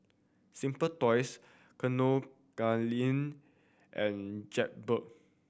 Simply Toys Kinokuniya and Jaybird